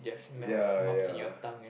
ya ya